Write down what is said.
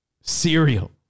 Cereal